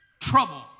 trouble